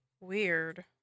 Weird